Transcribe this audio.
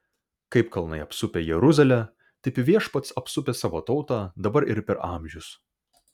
kaip kalnai apsupę jeruzalę taip viešpats apsupęs savo tautą dabar ir per amžius